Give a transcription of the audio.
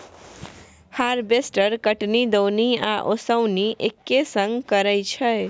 harvester कटनी, दौनी आ ओसौनी एक्के संग करय छै